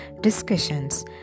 discussions